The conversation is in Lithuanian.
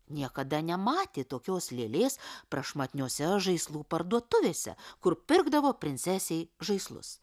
niekada nematė tokios lėlės prašmatniose žaislų parduotuvėse kur pirkdavo princesei žaislus